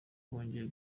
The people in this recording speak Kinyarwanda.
bongeye